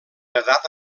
edat